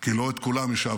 כי לא את כולם השבנו,